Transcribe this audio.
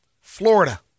Florida